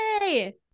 Yay